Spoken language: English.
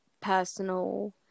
personal